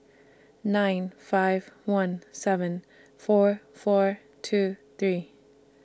nine five one seven four four two three